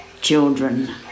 children